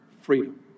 freedom